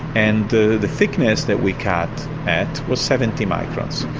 and the the thickness that we cut at was seventy microns,